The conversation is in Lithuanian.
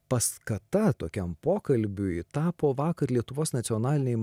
paskata tokiam pokalbiui tapo vakar lietuvos nacionalinėj